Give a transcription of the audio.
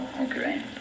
okay